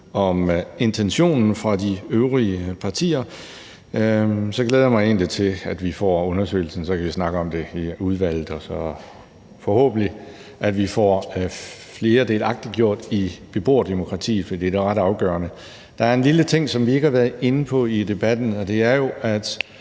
af intentionen fra de øvrige partiers side, og jeg glæder mig så egentlig til, at vi får undersøgelsen, og så kan vi snakke om det i udvalget. Så får vi forhåbentlig flere delagtiggjort i beboerdemokratiet, for det er jo ret afgørende. Der er en lille ting, som vi ikke har været inde på i debatten, og det er jo, at